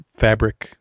fabric